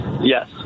Yes